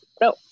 no